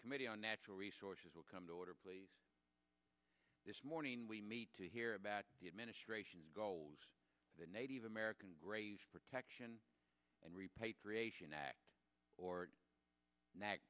committee on natural resources will come to order please this morning we meet to hear about the administration's goals for the native american grazing protection and repatriation act or n